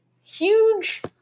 Huge